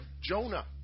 Jonah